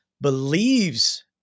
believes